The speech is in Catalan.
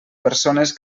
persones